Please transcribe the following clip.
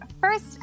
first